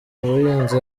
buhinzi